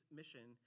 mission